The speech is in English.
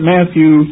Matthew